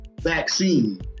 vaccine